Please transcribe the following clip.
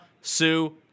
Sue